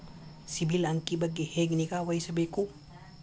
ಸಿಬಿಲ್ ಅಂಕಿ ಬಗ್ಗೆ ಹೆಂಗ್ ನಿಗಾವಹಿಸಬೇಕು?